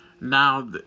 now